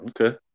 Okay